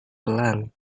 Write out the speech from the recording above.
pelan